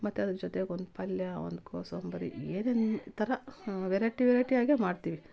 ಮತ್ತು ಅದರ ಜೊತೆಗೊಂದು ಪಲ್ಯ ಒಂದು ಕೋಸಂಬ್ರಿ ಏನೇನು ಥರ ಹಾಂ ವೆರೈಟಿ ವೆರೈಟಿ ಹಾಗೇ ಮಾಡ್ತಿವಿ